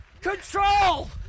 control